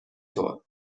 طور